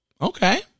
Okay